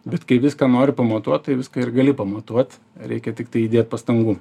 bet kai viską nori pamatuot tai viską ir gali pamatuot reikia tiktai įdėt pastangų